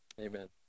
Amen